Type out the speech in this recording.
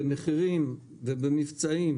במחירים ובמבצעים